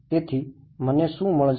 તેથી મને શું મળશે